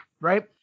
right